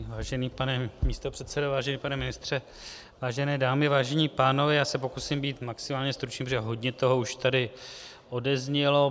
Vážený pane místopředsedo, vážený pane ministře, vážené dámy, vážení pánové, já se pokusím být maximálně stručný, protože hodně toho už tady odeznělo.